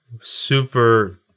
super